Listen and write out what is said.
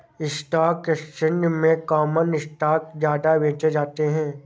stock exchange में common stock ज्यादा बेचे जाते है